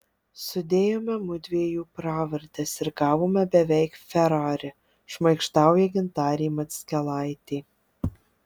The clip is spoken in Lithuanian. sudėjome mudviejų pravardes ir gavome beveik ferrari šmaikštauja gintarė mackelaitė